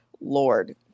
Lord